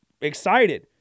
excited